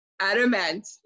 adamant